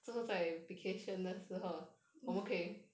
mm